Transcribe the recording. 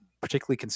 particularly